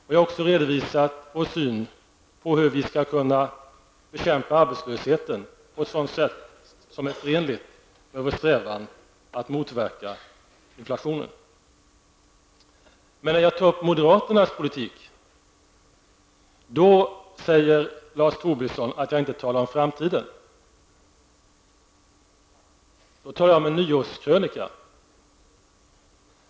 Jag har också redovisat vår syn på hur man skall kunna bekämpa arbetslösheten på ett sätt som är förenligt med vår strävan att motverka inflationen. När jag tar upp moderaternas politik säger emellertid Lars Tobisson att jag inte talar om framtiden utan om en nyårskrönika.